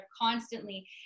constantly